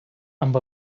amb